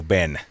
Ben